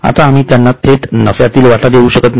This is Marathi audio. आता आम्ही त्यांना थेट नफ्यातील वाटा देऊ शकत नाही